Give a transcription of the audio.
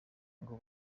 ngo